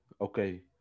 okay